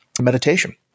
meditation